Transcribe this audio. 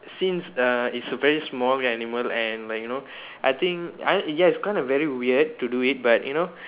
since err it's a very small animal and like you know I think I ya it's kind of very weird to do it but you know